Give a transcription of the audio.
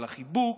על החיבוק,